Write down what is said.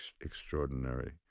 extraordinary